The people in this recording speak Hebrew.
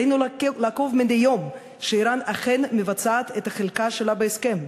עלינו לעקוב מדי יום שאיראן אכן מבצעת את חלקה שלה בהסכם.